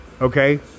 Okay